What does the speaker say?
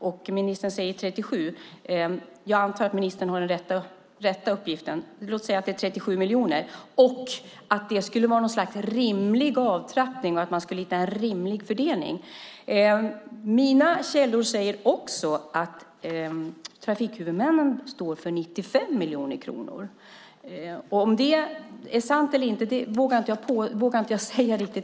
Ministern säger att det är 37. Jag antar att ministern har den rätta uppgiften. Låt oss säga att det är 37 miljoner. Ministern säger också att det skulle vara en rimlig avtrappning och att man skulle hitta en rimlig fördelning. Mina källor säger också att trafikhuvudmännen står för 95 miljoner kronor. Jag vågar inte säga om det är sant eller inte.